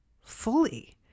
fully